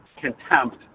contempt